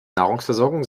nahrungsversorgung